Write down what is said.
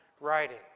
writing